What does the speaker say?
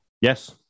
Yes